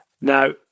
Now